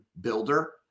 builder